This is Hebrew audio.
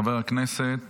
חבר הכנסת